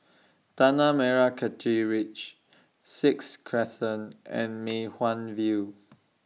Tanah Merah Kechil Ridge Sixth Crescent and Mei Hwan View